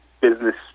business